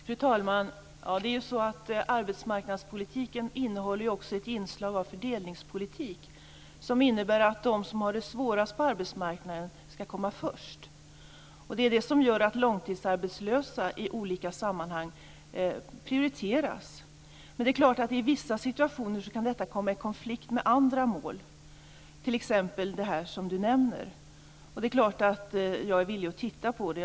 Fru talman! Arbetsmarknadspolitiken innehåller också ett inslag av fördelningspolitik. Det innebär att de som har det svårast på arbetsmarknaden skall få komma först. Det är det som gör att långtidsarbetslösa i olika sammanhang prioriteras. Men i vissa situationer kan det komma i konflikt med andra mål, t.ex. det som Eva Johansson nämner. Det är klart att jag är villig att se över detta.